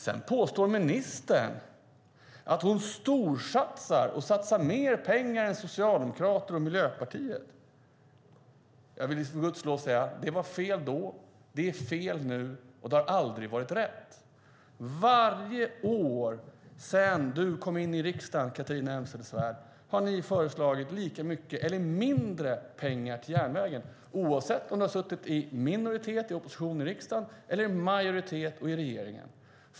Sedan påstår ministern att hon storsatsar och satsar mer pengar än Socialdemokraterna och Miljöpartiet. Jag vill med Guds lov säga: Det var fel då, det är fel nu och det har aldrig varit rätt. Varje år sedan du kom in i riksdagen, Catharina Elmsäter-Svärd, har ni föreslagit lika mycket eller mindre pengar till järnvägen, oavsett om du har suttit i minoritet i opposition i riksdagen eller i majoritet och i regeringen.